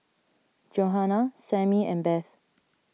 Johana Sammy and Beth